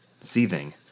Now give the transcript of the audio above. Seething